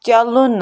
چلُن